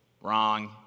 Wrong